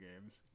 games